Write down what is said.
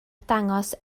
dangos